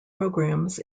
programs